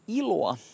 iloa